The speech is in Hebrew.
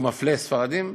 שהוא מפלה ספרדים?